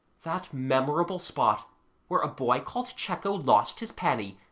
that memorable spot where a boy called cecco lost his penny,